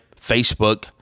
Facebook